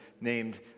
named